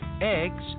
eggs